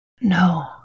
no